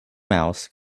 mouse